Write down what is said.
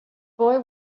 boy